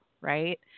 right